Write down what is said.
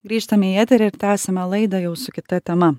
grįžtame į eterį ir tęsiame laidą jau su kita tema